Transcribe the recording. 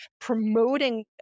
promoting